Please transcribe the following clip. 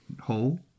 hole